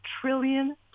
trillion